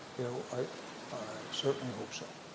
you know, i certainly hope so.